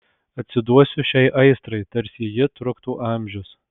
atsiduosiu šiai aistrai tarsi ji truktų amžius